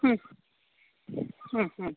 ಹ್ಞೂ ಹ್ಞೂ ಹ್ಞೂ